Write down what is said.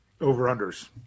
over-unders